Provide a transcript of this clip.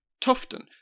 Tufton